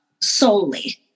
solely